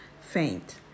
faint